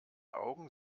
augen